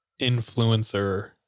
influencer